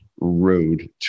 road